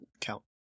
count